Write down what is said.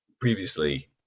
previously